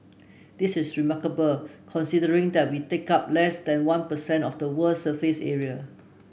this is remarkable considering that we take up less than one per cent of the world's surface area